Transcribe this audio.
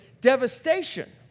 devastation